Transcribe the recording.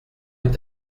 est